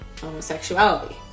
homosexuality